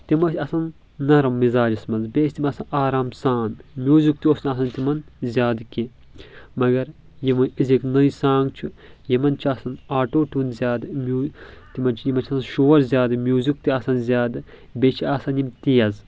تِم ٲسۍ آسان نرم مزاجس منٛز بیٚیہِ ٲسۍ تِم آسان آرام سان میوٗزک تہِ اوس نہٕ آسان تِم زیادٕ کینٛہہ مگر یِم وۄنۍ أزِکۍ نٔے سانٛگ چھِ یِمن چھُ آسان آٹو ٹیوٗن زیادٕ میوٗزک تِمن چھُ یِمن چھُ آسان شور زیادٕ میوٗزک تہِ آسان زیادٕ بیٚیہِ چھِ آسان یِم تیز